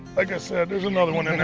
like i said, there's another one in there.